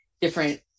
different